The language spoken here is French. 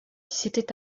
c’était